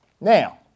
Now